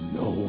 no